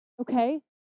Okay